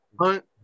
Hunt